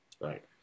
right